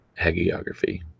hagiography